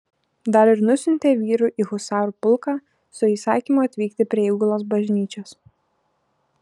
dar ir nusiuntė vyrų į husarų pulką su įsakymu atvykti prie įgulos bažnyčios